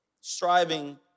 Striving